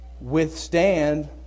withstand